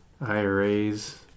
iras